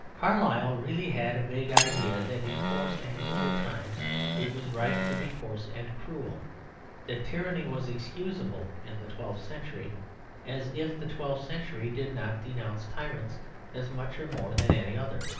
carlyle really had a vague idea that in coarse and cruel times it was right to be coarse and cruel that tyranny was excusable in the twelfth century as if the twelfth century did not denounce tyrants as much or more than any other.